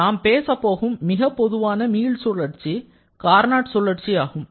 நாம் பேசப்போகும் மிகப் பொதுவான மீள்சுழற்சி கார்னாட் சுழற்சி ஆகும்